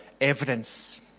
evidence